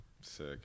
sick